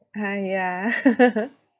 !huh! ya